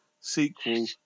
sequel